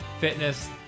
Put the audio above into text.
fitness